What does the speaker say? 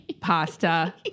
pasta